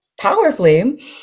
powerfully